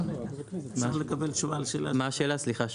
מה השאלה סליחה?